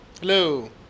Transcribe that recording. Hello